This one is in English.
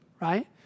right